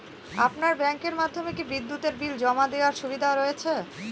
আপনার ব্যাংকের মাধ্যমে কি বিদ্যুতের বিল জমা দেওয়ার সুবিধা রয়েছে?